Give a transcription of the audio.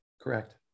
Correct